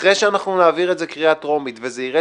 אחרי שנעביר את זה בקריאה טרומית וזה ירד